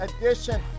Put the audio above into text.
edition